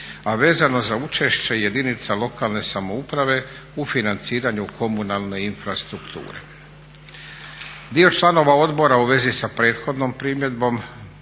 a vezano za učešće jedinica lokalne samouprave u financiranju komunalne infrastrukture. Dio članova odbora u vezi sa prethodnom primjedbom